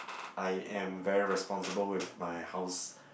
I am very responsible with my house